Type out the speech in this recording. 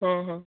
ᱦᱮᱸ ᱦᱮᱸ